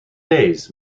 days